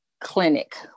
clinic